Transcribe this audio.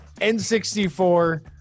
N64